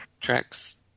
tracks